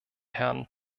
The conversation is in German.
herrn